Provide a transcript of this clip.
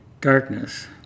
Darkness